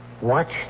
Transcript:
Watch